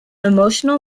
emotional